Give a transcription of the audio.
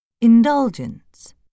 Indulgence